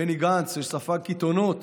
בני גנץ, שספג קיתונות